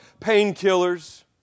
painkillers